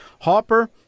Hopper